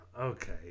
Okay